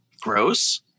gross